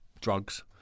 drugs